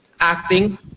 acting